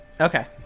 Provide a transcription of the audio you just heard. Okay